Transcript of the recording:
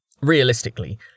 Realistically